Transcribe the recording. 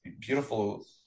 beautiful